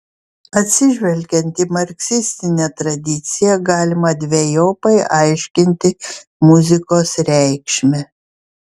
atsižvelgiant į marksistinę tradiciją galima dvejopai aiškinti muzikos reikšmę